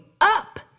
up